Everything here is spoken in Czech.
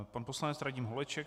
Pan poslanec Radim Holeček.